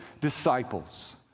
disciples